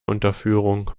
unterführung